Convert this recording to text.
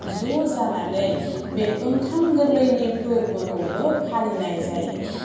ज' जानानै बे ओंखाम गोरलैनि फोरबोखौबो फालिनाय जायो